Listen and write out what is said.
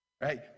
right